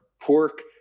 pork